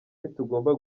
ntitugomba